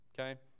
okay